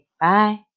Bye